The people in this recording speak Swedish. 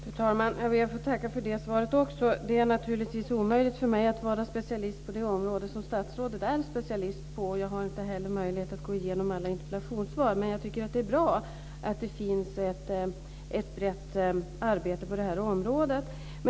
Fru talman! Jag ber att få tacka också för det svaret. Det är naturligtvis omöjligt för mig att vara specialist på det område som statsrådet är specialist på. Jag har inte heller möjlighet att gå igenom alla interpellationssvar. Men jag tycker att det är bra att det finns ett brett arbete på det här området.